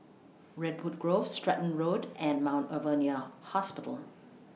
Redwood Grove Stratton Road and Mount Alvernia Hospital